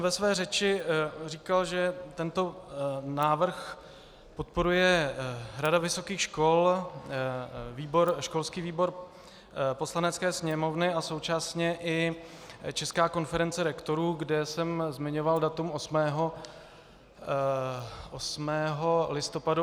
Ve své řeči jsem říkal, že tento návrh podporuje rada vysokých škol, školský výbor Poslanecké sněmovny a současně i Česká konference rektorů, kde jsem zmiňoval datum 8. listopadu.